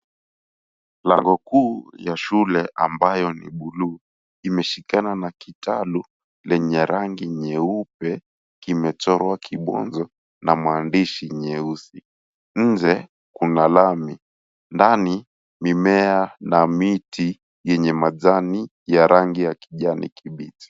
Lango kuu la shule ambayo ni buluu, imeshikana na kitalu lenye rangi nyeupe kimechorwa kibonzo na maandishi nyeusi. Nje kuna lami, ndani mimea na miti yenye majani ya rangi ya kijani kibiti.